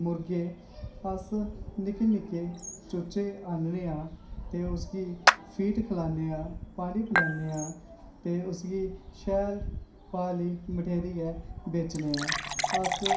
मुर्गे अस निक्के निक्के चूचे आह्नने आं ते उसगी फीड खलाने आं पानी पलाने आं ते उसी शैल पाली मठेरियै उसगी बेचने आं अस